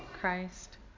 Christ